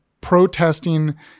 protesting